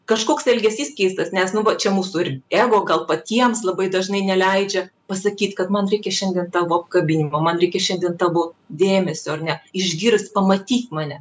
kažkoks elgesys keistas nes nu va čia mūsų ir ego gal patiems labai dažnai neleidžia pasakyt kad man reikia šiandien tavo apkabinimo man reikia šiandien tavo dėmesio ar ne išgirsk pamatyk mane